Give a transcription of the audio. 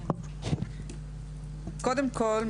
קודם כול,